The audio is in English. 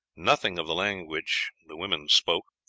nothing of the language the women spoke.